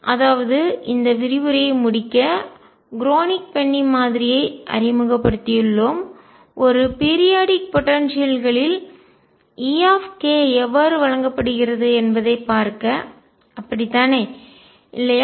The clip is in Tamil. அதாவது இந்த விரிவுரையை முடிக்க க்ரோனிக் பென்னி மாதிரியை அறிமுகப்படுத்தியுள்ளோம் ஒரு பீரியாடிக் போடன்சியல்களில் குறிப்பிட்ட கால இடைவெளி ஆற்றல் E எவ்வாறு வழங்கப்படுகிறது என்பதைப் பார்க்க அப்படித்தானே இல்லையா